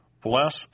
Bless